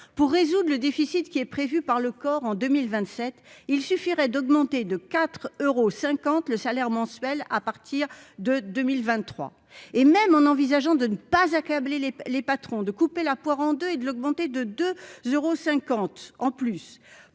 pour résoudre le déficit qui est prévu par le corps en 2027, il suffirait d'augmenter de 4 euros 50 le salaire mensuel à partir de 2023 et même en envisageant de ne pas accabler les : les patrons de couper la poire en 2, et de l'augmenter de 2 euros 50 en plus